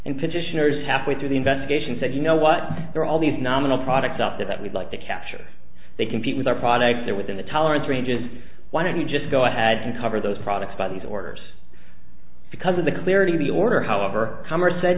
and petitioners halfway through the investigation said you know what there are all these nominal products out there that we'd like to capture they compete with our products they're within the tolerance ranges why don't we just go ahead and cover those products by these orders because of the clarity of the order however commerce said